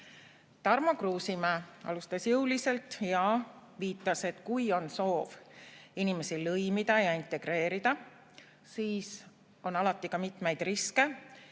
Tarmo Kruusimäe alustas jõuliselt ja viitas, et kui on soov inimesi lõimida ja integreerida, siis on alati ka mitmeid riske.